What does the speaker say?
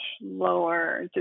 lower